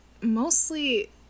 mostly